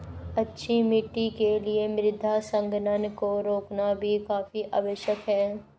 अच्छी मिट्टी के लिए मृदा संघनन को रोकना भी काफी आवश्यक है